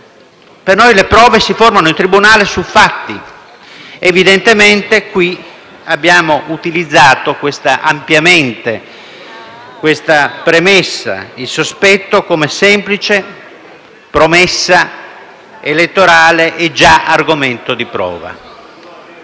Per noi le prove si formano in tribunale su fatti; evidentemente qui abbiamo utilizzato ampiamente questa premessa: il sospetto come semplice promessa elettorale e già argomento di prova.